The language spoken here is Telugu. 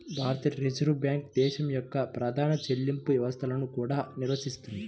భారతీయ రిజర్వ్ బ్యాంక్ దేశం యొక్క ప్రధాన చెల్లింపు వ్యవస్థలను కూడా నిర్వహిస్తుంది